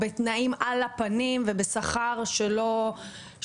בתנאים על הפנים ובשכר מבייש.